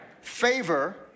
Favor